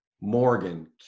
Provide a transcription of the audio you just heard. Morgan